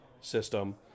system